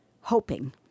hoping